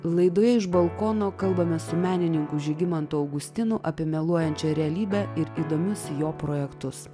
laidoje iš balkono kalbamės menininko žygimanto augustino apie meluojančią realybę ir įdomus jo projektus